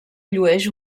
llueix